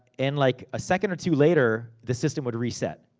and like a second or two later, the system would reset.